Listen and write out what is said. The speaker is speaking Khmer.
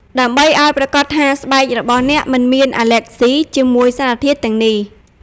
ដើម្បីឲ្យប្រាកដថាស្បែករបស់អ្នកមិនមានអាលែកហ្ស៊ីជាមួយសារធាតុទាំងនេះ។